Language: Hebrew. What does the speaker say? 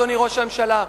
אדוני ראש הממשלה.